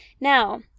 Now